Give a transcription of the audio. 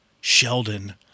Sheldon